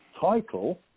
title